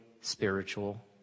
spiritual